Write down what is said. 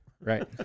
Right